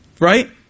Right